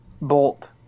Bolt